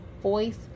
voice